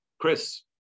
Chris